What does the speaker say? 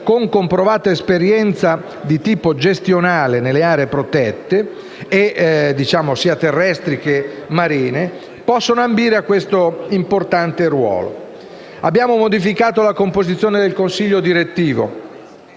3 Novembre 2016 nale nelle aree protette, sia terrestri che marine, potranno ambire a questo importante ruolo. Abbiamo modificato la composizione del consiglio direttivo,